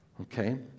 Okay